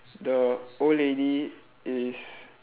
the old lady is